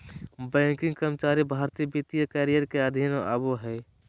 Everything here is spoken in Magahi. बैंकिंग कर्मचारी भर्ती वित्तीय करियर के अधीन आबो हय